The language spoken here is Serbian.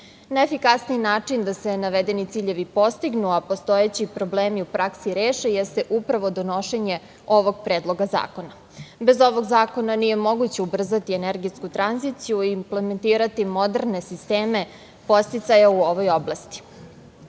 Najefikasniji način da se navedeni ciljevi postignu, a postojeći problemi u praksi reše jeste upravo donošenje ovog predloga zakona. Bez ovog zakona nije moguće ubrzati energetsku tranziciju i implementirati moderne sisteme podsticaja u ovoj oblasti. Veliki